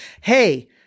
hey